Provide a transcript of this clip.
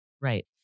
Right